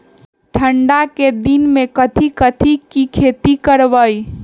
ठंडा के दिन में कथी कथी की खेती करवाई?